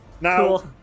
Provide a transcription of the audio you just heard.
Now